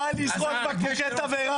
בא לזרוק בקבוקי תבערה.